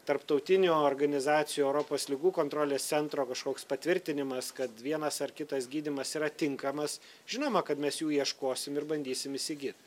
tarptautinių organizacijų europos ligų kontrolės centro kažkoks patvirtinimas kad vienas ar kitas gydymas yra tinkamas žinoma kad mes jų ieškosim ir bandysim įsigyt